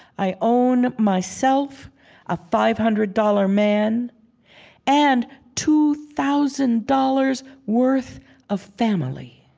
i own myself a five-hundred-dollar man and two thousand dollars' worth of family.